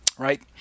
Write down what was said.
right